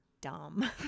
dumb